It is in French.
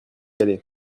aller